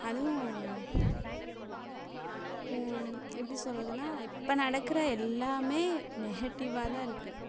அதுவும் எப்படி சொல்கிறதுனா இப்போ நடக்கிற எல்லாமே நெஹட்டிவாக தான் இருக்குது